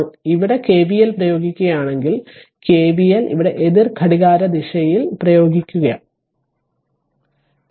ഇപ്പോൾ ഇവിടെ KVL പ്രയോഗിക്കുകയാണെങ്കിൽ KVL ഇവിടെ എതിർ ഘടികാരദിശയിൽ പ്രയോഗിക്കുകയാണെങ്കിൽ